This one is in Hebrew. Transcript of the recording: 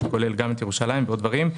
שזה כולל גם את ירושלים ועוד דברים.